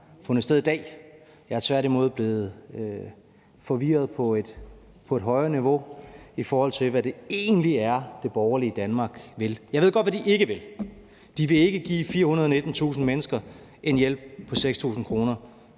fundet sted i dag. Jeg er tværtimod blevet forvirret på et højere niveau, i forhold til hvad det egentlig er, det borgerlige Danmark vil. Jeg ved godt, hvad de ikke vil. De ville ikke give 419.000 mennesker en hjælp på 6.000 kr.